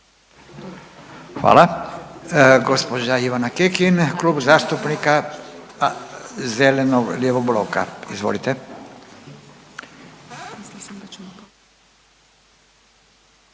Hvala. Gđa. Ivana Kekin, Klub zastupnika zeleno-lijevog bloka, izvolite.